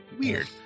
Weird